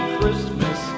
Christmas